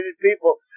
people